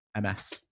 MS